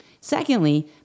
Secondly